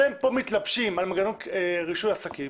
אתם כאן מתלבשים על מנגנון רישוי עסקים